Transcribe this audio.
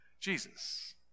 Jesus